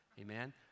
amen